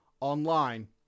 online